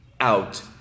out